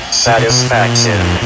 satisfaction